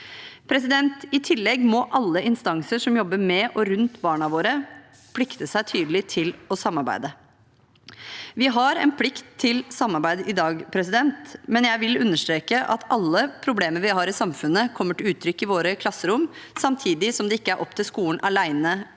I tillegg må alle instanser som jobber med og rundt barna våre, forplikte seg tydelig til å samarbeide. Vi har en plikt til samarbeid i dag, men jeg vil understreke at alle problemer vi har i samfunnet, kommer til uttrykk i våre klasserom, samtidig som det ikke er opp til skolen alene